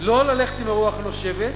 לא ללכת עם הרוח הנושבת,